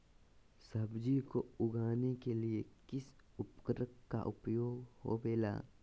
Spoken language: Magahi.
सब्जी को उगाने के लिए किस उर्वरक का उपयोग होबेला?